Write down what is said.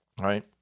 right